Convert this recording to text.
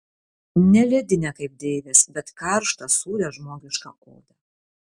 ne ledinę kaip deivės bet karštą sūrią žmogišką odą